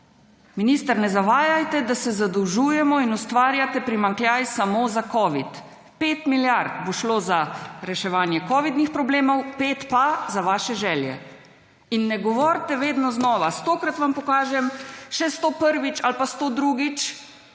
Minister, ne zavajajte, da se zadolžujemo in ustvarjate primanjkljaj samo za covid. 5 milijard bo šlo za reševanje covidnih problemov, 5 pa za vaše želje. In ne govorite vedno znova, stokrat vam pokažem, še stoprvič ali pa stodrugič,